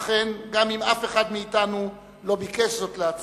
אכן, גם אם אף אחד מאתנו לא ביקש זאת לעצמו,